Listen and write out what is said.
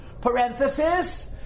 Parenthesis